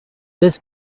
this